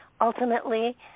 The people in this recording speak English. Ultimately